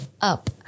up